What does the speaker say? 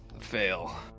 Fail